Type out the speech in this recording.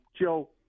Joe